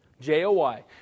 J-O-Y